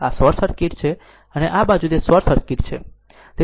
આ short circuit છે અને આ બાજુ તે શોર્ટ સર્કિટ છે